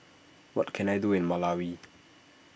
what can I do in Malawi